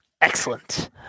Excellent